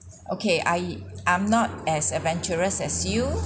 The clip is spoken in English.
okay I I'm not as adventurous as you